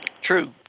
True